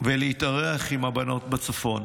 להתאחד עם הבנות בצפון.